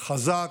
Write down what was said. חזק,